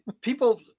people